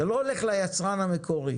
אתה לא הולך ליצרן המקורי.